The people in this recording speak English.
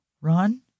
Run